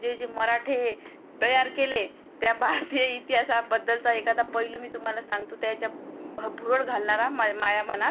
जे जे मराठे हे तयार केले त्या भारतीय इतिहासाबद्दलचा एखादा पैलू मी तुम्हाला सांगतो त्याच्या भ भुरळ घालणारा माय माझ्या मनात